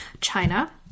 China